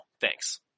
Thanks